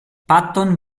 patton